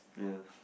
yes